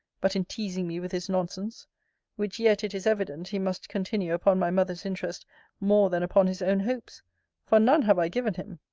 but in teasing me with his nonsense which yet, it is evident, he must continue upon my mother's interest more than upon his own hopes for none have i given him.